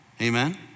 amen